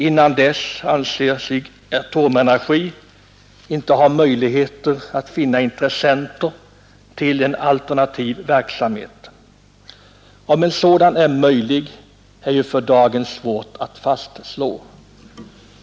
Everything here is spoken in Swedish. Innan så sker anser sig inte Atomenergi ha möjligheter att finna intressenter till en alternativ verksamhet. Om en sådan är möjlig är för dagen svårt att fastslå.